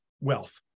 wealth